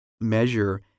measure